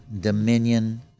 dominion